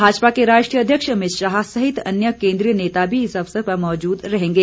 भाजपा के राष्ट्रीय अध्यक्ष अमित शाह सहित अन्य केंद्रीय नेता भी इस अवसर पर मौजूद रहेंगे